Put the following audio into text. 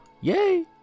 yay